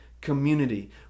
community